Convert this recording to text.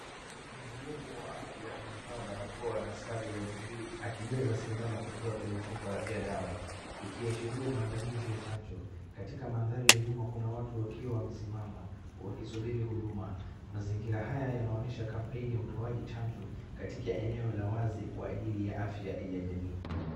Mhudumu wa afya amevaa barakoa na sare ya blue akijaza sindano kutoa kwenye chupa ya dawa ikiashiria maandalizi ya chanjo. Katika mandhari ya nyuma kuna watu wakiwa wamesimama wakisubiri huduma. Mazingira haya yanaonyesha kampeni ya utaoji chanjo katika eneo la wazi kwa ajili ya afya ya jamii.